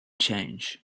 change